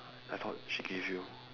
I thought she gave you